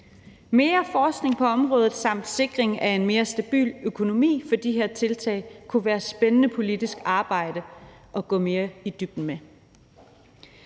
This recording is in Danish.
Mere forskning på området og sikring af en mere stabil økonomi bagde her tiltag kunne være et spændende politisk arbejde at gå mere i dybden med.